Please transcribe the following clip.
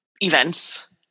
events